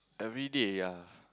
everyday ya